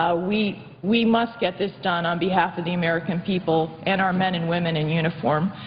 ah we we must get this done on behalf of the american people and our men and women in uniform.